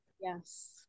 yes